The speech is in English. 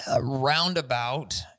Roundabout